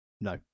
No